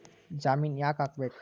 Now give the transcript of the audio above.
ಜಾಮಿನ್ ಯಾಕ್ ಆಗ್ಬೇಕು?